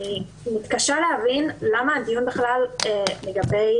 אני מתקשה להבין למה הדיון בכלל לגבי